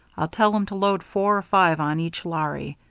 i'll tell em to load four or five on each larry.